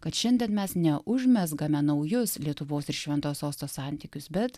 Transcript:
kad šiandien mes ne užmezgame naujus lietuvos ir šventojo sosto santykius bet